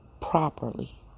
properly